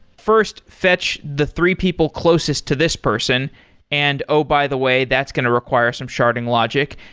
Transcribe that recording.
first, fetch the three people closest to this person and, oh by the way, that's going to require some sharding logic.